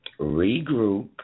regroup